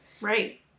Right